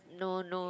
no no